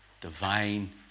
divine